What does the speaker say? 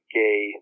gay